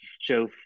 show